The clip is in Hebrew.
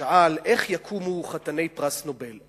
איך יקומו חתני פרס נובל.